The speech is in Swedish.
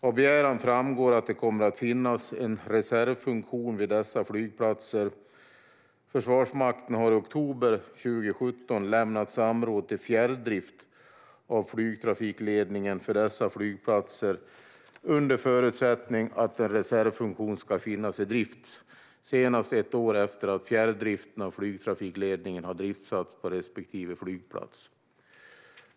Av begäran framgår att det kommer att finnas en reservfunktion vid dessa flygplatser. Försvarsmakten har i oktober 2017 lämnat samråd till fjärrdrift av flygtrafikledningen för dessa flygplatser under förutsättning att en reservfunktion ska finnas i drift senast ett år efter det att fjärrdriften av flygtrafikledningen har driftsatts på respektive flygplats.